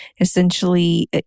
essentially